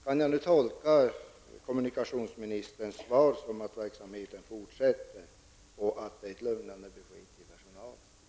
Kan jag tolka kommunikationsministerns svar som att verksamheten fortsätter och att det är ett lugnande besked till personalen?